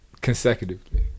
Consecutively